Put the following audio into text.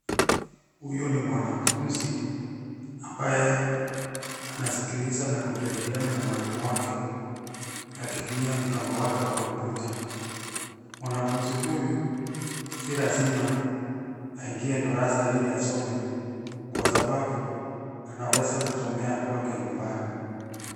Huyo ni mwanafunzi ambaye anaskiliza na kujadiliana na mwalimu wake akitumia mtambo wake wa kompyuta. Mwanafunzi huyu si lazima aingie darasa ili asome, kwasababu anaweza kusomea kwake nyumbani.